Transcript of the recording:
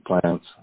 plants